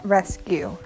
Rescue